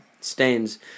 stains